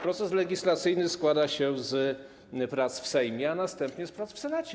Proces legislacyjny składa się z prac w Sejmie, a następnie z prac w Senacie.